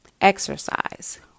exercise